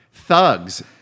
Thugs